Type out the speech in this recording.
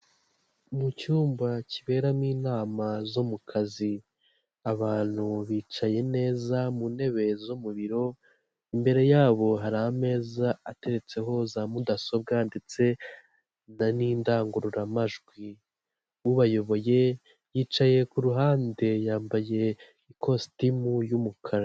Mu cyumba kiberamo inama zo mu kazi. Abantu bicaye neza mu ntebe zo mu biro, imbere yabo hari ameza ateretseho za mudasobwa ndetse n'indangururamajwi. Ubayoboye yicaye ku ruhande, yambaye ikositimu y'umukara.